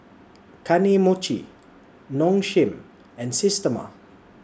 Kane Mochi Nong Shim and Systema